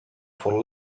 for